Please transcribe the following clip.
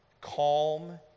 calm